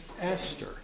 Esther